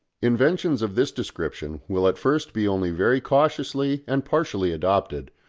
inventions of this description will at first be only very cautiously and partially adopted,